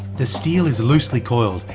the steel is loosely coiled,